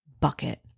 bucket